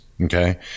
Okay